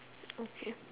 okay